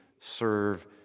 serve